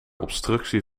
obstructie